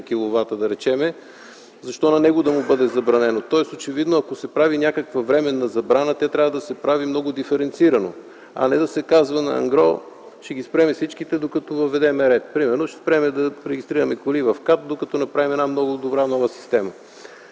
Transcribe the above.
киловата, защо да му бъде забранено? Ако се прави някаква временна забрана, тя трябва да се прави много диференцирано, а не да се казва ангро: „Ще спрем всичките, докато се въведе ред”. Примерно, да спрем да регистрираме коли в КАТ, докато направим много добра нова система.